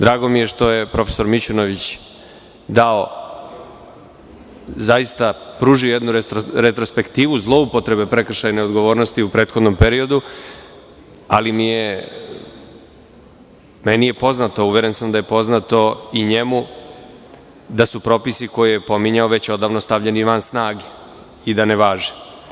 Drago mi je što je prof. Mićunović dao, zaista pružio jednu retrospektivu zloupotrebe prekršajne odgovornosti u prethodnom periodu, ali mi je poznato, uveren sam da je poznato i njemu da su propisi koje je pominjao već odavno stavljeni van snage i da ne važe.